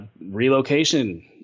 relocation